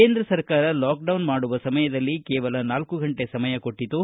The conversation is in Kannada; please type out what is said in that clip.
ಕೇಂದ್ರ ಲಾಕ್ಡೌನ್ ಮಾಡುವ ಸಮಯದಲ್ಲಿ ಕೇವಲ ನಾಲ್ಕು ಗಂಟೆ ಸಮಯ ಕೊಟ್ಟಿತು